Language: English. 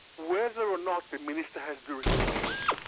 whether or not the minister has jurisdiction.